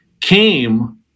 came